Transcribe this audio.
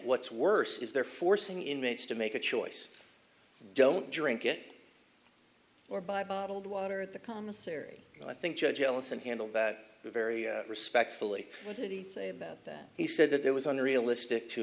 what's worse is they're forcing inmates to make a choice don't drink it or buy bottled water at the commissary i think judge ellison handled that very respectfully what did he say about that he said that there was on the realistic to